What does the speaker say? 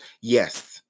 Yes